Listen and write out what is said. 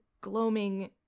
gloaming